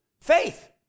Faith